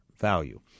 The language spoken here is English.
value